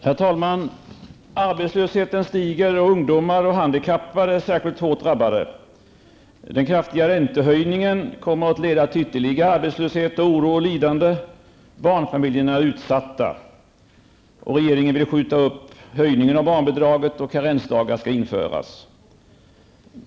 Herr talman! Arbetslösheten stiger, och ungdomar och handikappade är särskilt hårt drabbade. Den kraftiga räntehöjningen kommer att leda till ytterligare arbetslöshet, oro och lidande. Barnfamiljerna är utsatta. Regeringen vill skjuta upp höjningen av barnbidraget, och karensdagar skall införas.